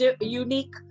unique